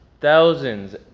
thousands